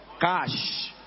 Cash